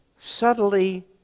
subtly